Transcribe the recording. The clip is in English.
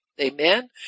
Amen